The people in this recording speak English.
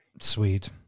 Sweet